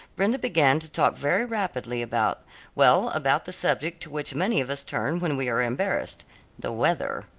brenda began to talk very rapidly about well about the subject to which many of us turn when we are embarrassed the weather.